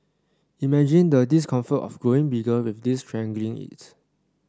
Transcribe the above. imagine the discomfort of growing bigger with this strangling it